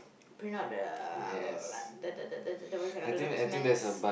print out the uh the the the the the what's that called the the documents